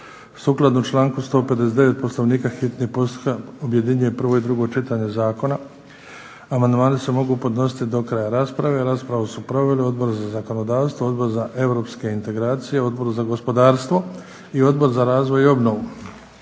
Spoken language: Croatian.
Sukladno članku 159. Poslovnika hitni postupak objedinjuje prvo i drugo čitanje zakona. Amandmani se mogu podnositi do kraja rasprave. Raspravu su proveli Odbor za zakonodavstvo, Odbor za europske integracije, Odbor za gospodarstvo i Odbor za razvoj i obnovu.